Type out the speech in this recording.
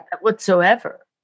whatsoever